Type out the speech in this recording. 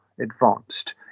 advanced